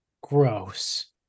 gross